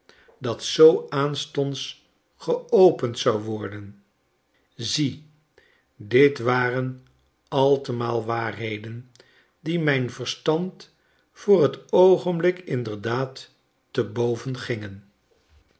dat zoo aanstonds geopend zou worden zie dit waren altemaal waarheden die mijn verst and voor t oogenblik inderdaad te boven gingen